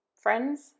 friends